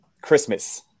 christmas